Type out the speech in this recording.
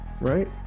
right